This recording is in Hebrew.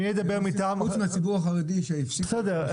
חוץ מהציבור החרדי שהפסיק -- בסדר,